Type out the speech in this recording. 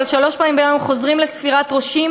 אבל שלוש פעמים ביום הם חוזרים לספירת ראשים.